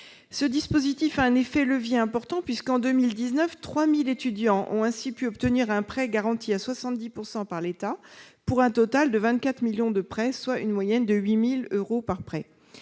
Ce dispositif a un effet de levier important puisque, en 2019, quelque 3 000 étudiants ont ainsi pu obtenir un prêt garanti à 70 % par l'État pour un total de 24 millions de prêts, soit une moyenne de 8 000 euros par prêt.